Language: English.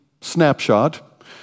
snapshot